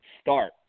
start